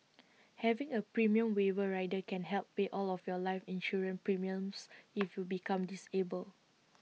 having A premium waiver rider can help pay all of your life insurance premiums if you become disabled